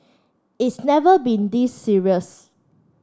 it's never been this serious